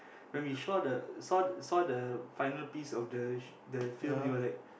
when we saw the saw saw the final piece of the the film it was like